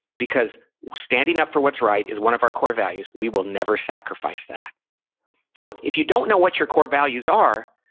because standing up for what's right is one of our core values we will never sacrifice that so if you don't know what your core values are,